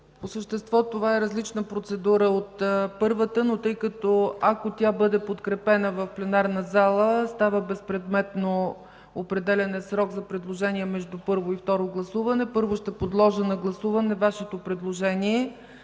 По същество това е различна процедура от първата. Ако тя бъде подкрепена в пленарната зала, става безпредметно определянето на срок за предложения между първо и второ гласуване и затова първо ще подложа на гласуване Вашето предложение.